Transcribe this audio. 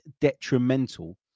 detrimental